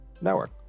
network